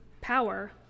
power